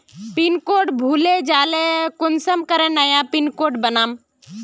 Pin code भूले जाले कुंसम करे नया पिन कोड बनाम?